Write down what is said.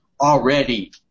already